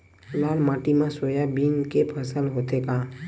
लाल माटी मा सोयाबीन के फसल होथे का?